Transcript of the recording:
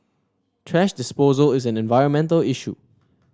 thrash disposal is an environmental issue